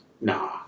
Nah